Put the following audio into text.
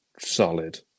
solid